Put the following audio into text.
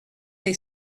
they